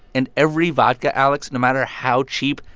and every vodka, alex, no matter how cheap,